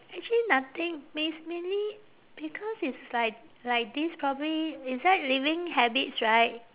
actually nothing it's mainly because it's like like this probably it's like living habits right